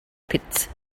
pits